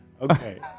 Okay